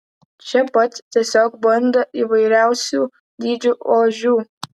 čia pat tiesiog banda įvairiausių dydžių ožių